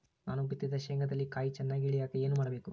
ನಾನು ಬಿತ್ತಿದ ಶೇಂಗಾದಲ್ಲಿ ಕಾಯಿ ಚನ್ನಾಗಿ ಇಳಿಯಕ ಏನು ಮಾಡಬೇಕು?